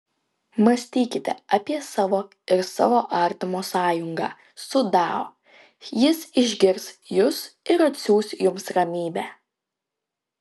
mąstykite apie savo ir savo artimo sąjungą su dao jis išgirs jus ir atsiųs jums ramybę